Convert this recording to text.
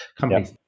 companies